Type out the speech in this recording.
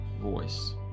voice